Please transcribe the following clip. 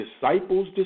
disciples